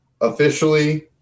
officially